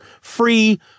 free